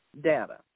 data